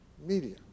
media